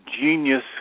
genius